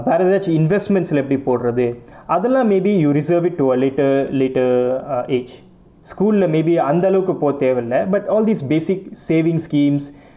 வேற எதாச்சும்:vera ethachum investments leh எப்படி போடுறது அதுல்லாம்:eppadi podurathu athulaam maybe you reserve it to a later later uh age school leh maybe அந்த அளவுக்கு போக தேவையில்லை:antha alavukku poga thevaiyillai but all these basic saving schemes